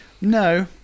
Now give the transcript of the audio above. No